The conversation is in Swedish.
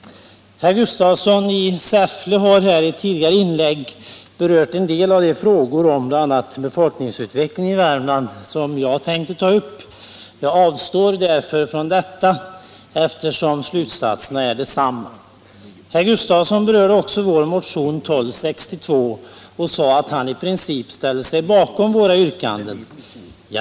Herr Gustafsson i Säffle har här i tidigare inlägg berört en del av de frågor om bl.a. befolkningsutvecklingen i Värmland som jag tänkt att ta upp. Jag avstår därför från detta, eftersom slutsatserna är desamma. Herr Gustafsson berörde också vår motion 1262 och sade att han i princip ställde sig bakom våra yrkanden.